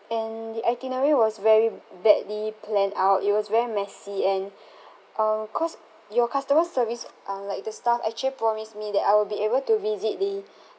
and the itinerary was very badly planned out it was very messy and uh cause your customer service uh like the staff actually promised me that I will be able to visit the